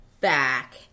back